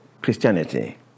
christianity